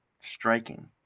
Striking